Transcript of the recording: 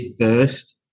first